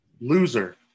loser